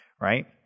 right